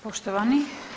Poštovani.